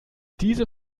diese